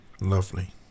lovely